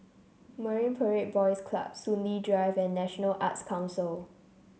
Marine Parade Boys Club Soon Lee Drive and National Arts Council